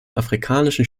afrikanischen